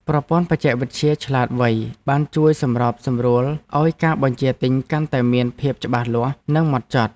ប្រព័ន្ធបច្ចេកវិទ្យាឆ្លាតវៃបានជួយសម្របសម្រួលឱ្យការបញ្ជាទិញកាន់តែមានភាពច្បាស់លាស់និងហ្មត់ចត់។